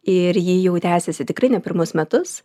ir ji jau tęsiasi tikrai ne pirmus metus